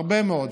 הרבה מאוד.